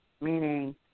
meaning